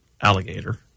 alligator